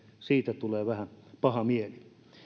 siitä tulee vähän paha mieli